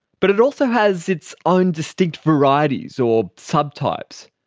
but it also has its own distinct varieties or subtypes,